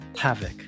havoc